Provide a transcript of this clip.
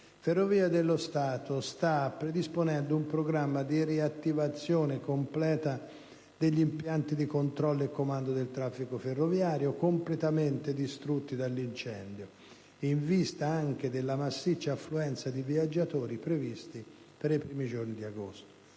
Ferrovie dello Stato stanno predisponendo un programma di riattivazione completa degli impianti di controllo e comando del traffico ferroviario completamente distrutti dall'incendio, in vista anche della massiccia affluenza di viaggiatori previsti per i primi giorni di agosto.